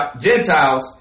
Gentiles